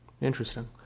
Interesting